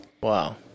Wow